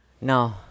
No